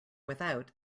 without